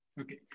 okay